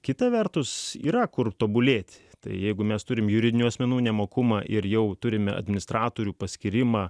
kita vertus yra kur tobulėti tai jeigu mes turime juridinių asmenų nemokumą ir jau turime administratorių paskyrimą